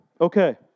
Okay